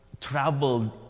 traveled